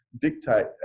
dictate